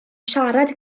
siarad